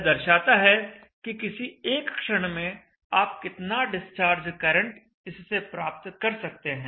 यह दर्शाता है कि किसी एक क्षण में आप कितना डिस्चार्ज करंट इससे प्राप्त कर सकते हैं